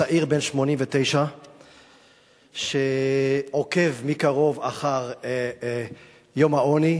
צעיר בן 89 שעוקב מקרוב אחר יום העוני,